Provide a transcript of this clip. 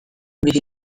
bizi